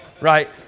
right